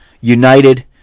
united